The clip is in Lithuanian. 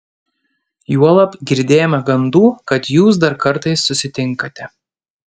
juolab girdėjome gandų kad jūs dar kartais susitinkate